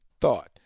thought